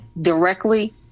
directly